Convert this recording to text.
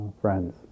friends